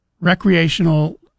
recreational